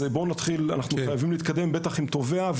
אנחנו חייבים להתקדם, בטח עם תובע.